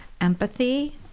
empathy